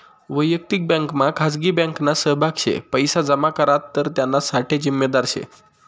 वयक्तिक बँकमा खाजगी बँकना सहभाग शे पैसा जमा करात तर त्याना साठे जिम्मेदार शे